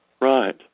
Right